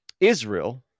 Israel